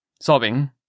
sobbing